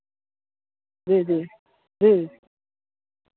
जी जी जी